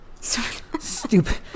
Stupid